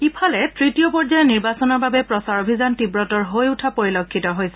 ইফালে তৃতীয় পৰ্য্যায়ৰ নিৰ্বাচনৰ বাবে প্ৰচাৰ অভিযান তীৱতৰ হৈ উঠা পৰিলক্ষিত হৈছে